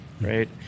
right